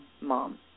mom